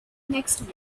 next